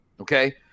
Okay